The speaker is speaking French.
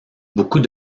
beaucoup